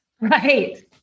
Right